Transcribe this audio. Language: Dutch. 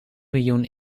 miljoen